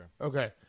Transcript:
Okay